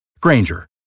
Granger